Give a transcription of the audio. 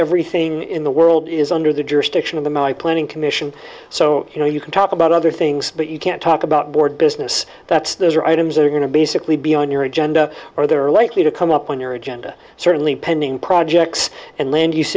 everything in the world is under the jurisdiction of the my planning commission so you know you can talk about other things but you can't talk about board business that's those are items that are going to basically be on your agenda or they're likely to come up on your agenda certainly pending projects and land use